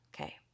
Okay